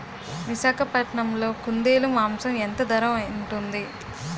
విశాఖపట్నంలో కుందేలు మాంసం ఎంత ధర ఉంటుంది?